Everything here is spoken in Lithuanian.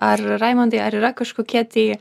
ar raimundai ar yra kažkokie tai